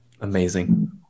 Amazing